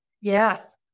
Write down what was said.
Yes